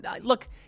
Look